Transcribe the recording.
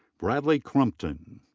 bradley crumpton.